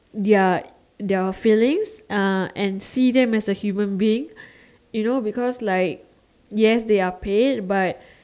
their their feelings uh and see them as a human being you know because like yes they are paid